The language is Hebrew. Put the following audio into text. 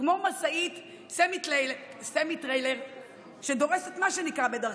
כמו משאית סמיטריילר שדורסת מה שנקרה בדרכה.